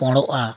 ᱯᱩᱸᱰᱚᱜᱼᱟ